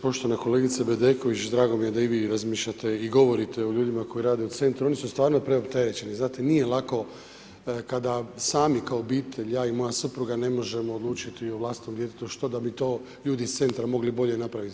Poštovana kolegice Bedeković, drago mi je da i vi razmišljate i govorite o ljudima koji rade u centru, oni su stvarno preopterećeni, znate nije lako kada sami kao obitelj, ja i moja supruga ne možemo odlučiti o vlastitom djetetu što da bi to ljudi iz centra mogli bolje napraviti.